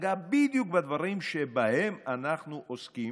נגע בדיוק בדברים שבהם אנחנו עוסקים.